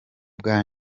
bwa